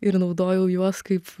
ir naudojau juos kaip